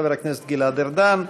חבר הכנסת גלעד ארדן,